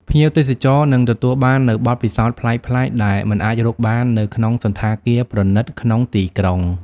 ភ្ញៀវទេសចរនឹងទទួលបាននូវបទពិសោធន៍ប្លែកៗ ដែលមិនអាចរកបាននៅក្នុងសណ្ឋាគារប្រណីតក្នុងទីក្រុង។